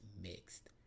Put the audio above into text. mixed